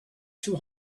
two